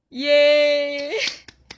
!yay!